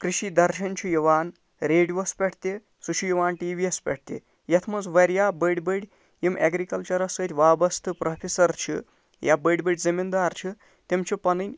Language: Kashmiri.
کرٛشی درشَن چھُ یِوان ریڈیووَس پٮ۪ٹھ تہِ سُہ چھُ یِوان ٹی وِی یَس پٮ۪ٹھ تہِ یَتھ منٛز واریاہ بٔڑۍ بٔڑی یِم ایٚگرِکَلچرَس سۭتۍ وابَستہٕ پرٛوفیسر چھِ یا بٔڑۍ بٔڑۍ زٔمیٖندار چھِ تِم چھِ پَنٕنۍ